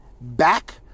back